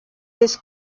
this